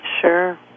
Sure